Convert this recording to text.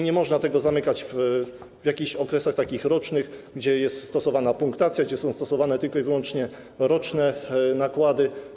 Nie można tego zamykać w jakichś okresach rocznych, gdzie jest stosowana punktacja, gdzie są stosowane wyłącznie roczne nakłady.